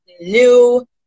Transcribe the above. new